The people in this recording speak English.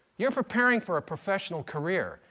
you're preparing for a professional career,